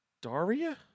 Daria